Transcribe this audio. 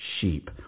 sheep